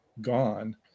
gone